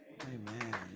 Amen